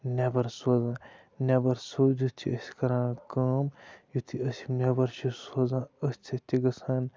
نٮ۪بَر سوزان نٮ۪بَر سوزِتھ چھِ أسۍ کَران کٲم یُتھُے أسۍ یِم نٮ۪بَر چھِ سوزان أتھۍ سۭتۍ تہِ گژھان